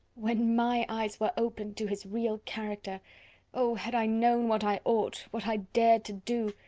when my eyes were opened to his real character oh! had i known what i ought, what i dared to do!